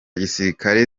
gisirikare